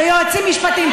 ויועצים משפטיים,